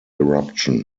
eruption